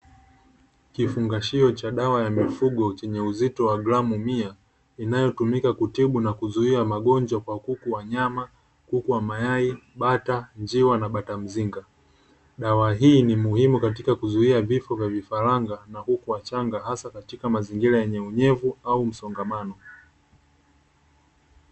Kifungashio cha dawa ya mifugo kina uzito wa gramu mia inayotumika kutibu magonjwa kwa kuku wa nyama, kuku wa mayai, bata, njiwa na bata mzinga dawa hii ni muhimu katika kuzuia vifo vya vifaranga na kuku wachanga hasa katika mazingira yenye unyevu au msongamano.